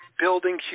building